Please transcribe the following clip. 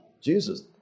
Jesus